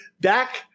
back